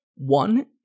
One